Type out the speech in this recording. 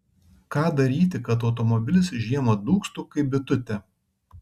ką daryti kad automobilis žiemą dūgztų kaip bitutė